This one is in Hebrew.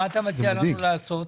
מה אתה מציע לנו לעשות?